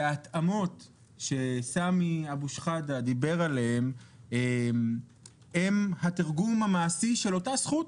ההתאמות שסמי אבו שחאדה דיבר עליהן הן התרגום המעשי של אותה זכות.